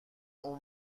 اون